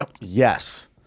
Yes